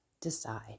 decide